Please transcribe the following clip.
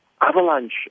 avalanche